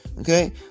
Okay